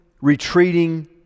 retreating